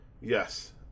Yes